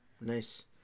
Nice